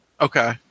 Okay